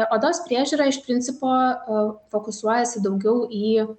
odos priežiūra iš principo fokusuojasi daugiau į